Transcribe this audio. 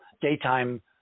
daytime